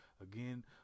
again